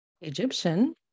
Egyptian